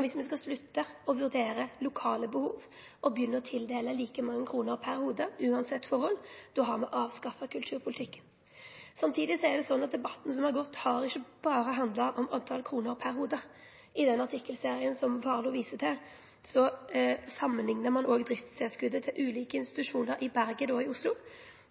me skal slutte å vurdere lokale behov og begynne å tildele like mange kroner per hovud, uansett forhold – då har me avskaffa kulturpolitikken. Samtidig er det slik at debatten som har gått, ikkje berre har handla om kroner per hovud. I den artikkelserien som Warloe viser til, samanliknar ein også driftstilskotet til ulike institusjonar i Bergen og Oslo.